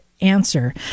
answer